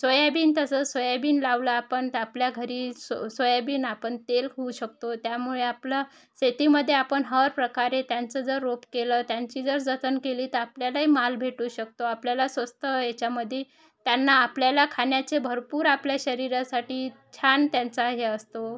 soybean तसं soybean लावलं आपण तर आपल्या घरी सो सोयाबीन आपण तेल होऊ शकतो त्यामुळे आपलं शेतीमध्ये आपण हर प्रकारे त्यांचं जर रोप केलं त्यांची जर जतन केली तर आपल्यालाही माल भेटू शकतो आपल्याला स्वस्त याच्यामध्ये त्यांना आपल्याला खाण्याचे भरपूर आपल्या शरीरासाठी छान त्यांचा हे असतो